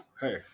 Hey